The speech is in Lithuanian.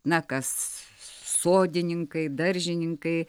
na kas sodininkai daržininkai